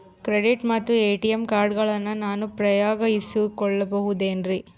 Credit ಮತ್ತ ATM ಕಾರ್ಡಗಳನ್ನ ನಾನು ಫ್ರೇಯಾಗಿ ಇಸಿದುಕೊಳ್ಳಬಹುದೇನ್ರಿ?